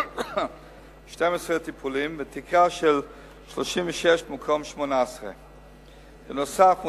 12 טיפולים ותקרה של 36 במקום 18. נוסף על